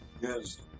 yes